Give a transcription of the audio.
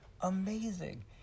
amazing